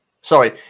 Sorry